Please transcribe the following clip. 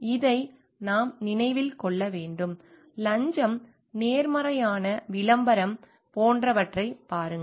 இதை நாம் நினைவில் கொள்ள வேண்டும் லஞ்சம் நேர்மையான விளம்பரம் போன்றவற்றைப் பாருங்கள்